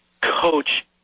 coach